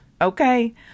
Okay